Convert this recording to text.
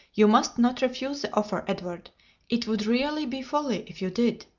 you must not refuse the offer, edward it would really be folly if you did.